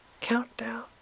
countdown